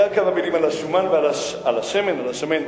רק כמה מלים על השומן, על השמן, על השָמן.